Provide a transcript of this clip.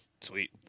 Sweet